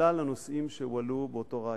משלל הנושאים שהועלו באותו ריאיון.